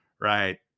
Right